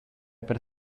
per